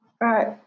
Right